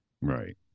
right